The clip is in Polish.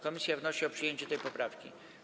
Komisja wnosi o przyjęcie tej poprawki.